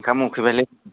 ओंखाम उखैबायलै